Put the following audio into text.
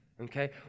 Okay